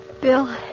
Bill